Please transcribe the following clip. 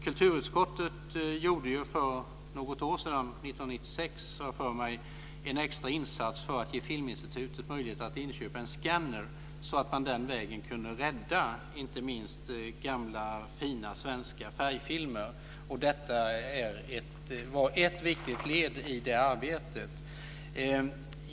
Kulturutskottet gjorde för något år sedan - jag vill minnas att det var 1996 - en extra insats för att ge Filminstitutet möjlighet att inköpa en skanner. Detta är ett viktigt led i arbetet på att rädda inte minst gamla fina svenska färgfilmer.